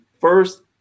first